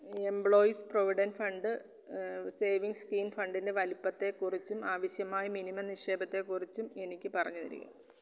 employees provident fund savings scheme ഫണ്ടിന്റെ വലുപ്പത്തെക്കുറിച്ചും ആവശ്യമായ മിനിമം നിക്ഷേപത്തെ കുറിച്ചും എനിക്ക് പറഞ്ഞുതരിക